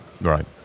Right